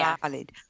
valid